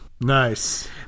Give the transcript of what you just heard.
Nice